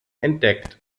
entdeckt